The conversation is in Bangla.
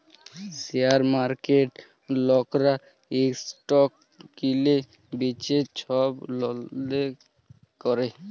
শেয়ার মার্কেটে লকরা ইসটক কিলে বিঁচে ছব লেলদেল ক্যরে